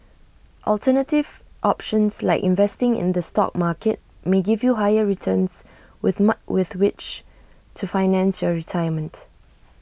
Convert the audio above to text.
alternative options like investing in the stock market may give you higher returns with ma with which to finance your retirement